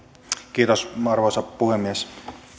kiitos arvoisa puhemies